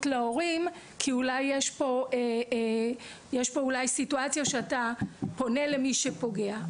להורים כי יש פה אלי סיטואציה שאתה פונה למי שפוגע.